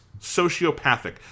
sociopathic